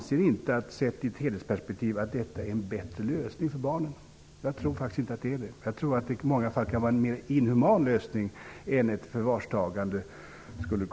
Sett i ett helhetsperspektiv är detta inte en bättre lösning för barnen. Jag tror att det i många fall kan vara en mer inhuman lösning än ett förvarstagande.